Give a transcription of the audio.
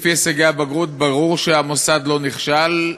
לפי הישגי הבגרות ברור שהמוסד לא נכשל,